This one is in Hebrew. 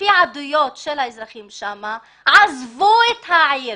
לפי עדויות של האזרחים שם עזבו את העיר